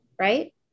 right